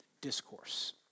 Discourse